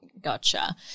Gotcha